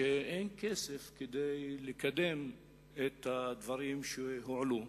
שאין כסף כדי לקדם את הדברים שהועלו.